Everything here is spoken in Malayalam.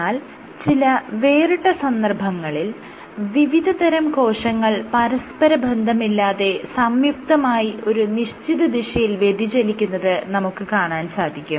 എന്നാൽ ചില വേറിട്ട സന്ദർഭങ്ങളിൽ വിവിധതരം കോശങ്ങൾ പരസ്പരബന്ധിതമല്ലാതെ സംയുക്തമായി ഒരു നിശ്ചിത ദിശയിൽ വ്യതിചലിക്കുന്നത് നമുക്ക് കാണാൻ സാധിക്കും